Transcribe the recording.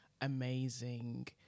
amazing